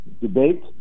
debate